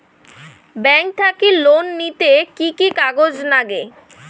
Bank থাকি loan নিতে কি কি কাগজ নাগে?